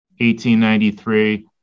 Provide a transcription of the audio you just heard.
1893